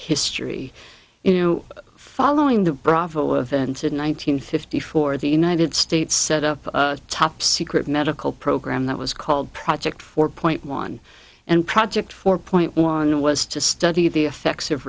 history you know following the bravo event in one nine hundred fifty four the united states set up top secret medical program that was called project four point one and project four point one was to study the effects of